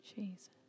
Jesus